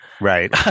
Right